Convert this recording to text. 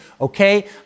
Okay